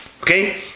okay